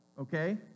okay